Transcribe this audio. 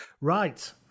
Right